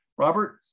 Robert